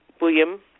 William